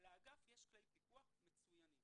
לאגף ישנם כלי פיקוח מצוינים